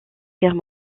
guerre